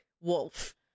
wolf